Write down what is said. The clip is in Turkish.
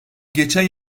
geçen